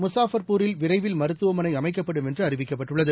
முஸாஃபர்பூரில் விரைவில் மருத்துவமனைஅமைக்கப்படும் என்றுஅறிவிக்கப்பட்டுள்ளது